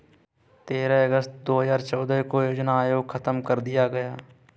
तेरह अगस्त दो हजार चौदह को योजना आयोग खत्म कर दिया गया